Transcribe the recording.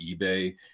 eBay